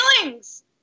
feelings